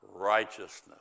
righteousness